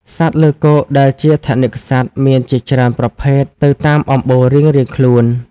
សត្វលើគោកដែលជាថនិកសត្វមានជាច្រើនប្រភេទទៅតាមអម្បូររៀងៗខ្លួន។